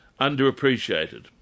underappreciated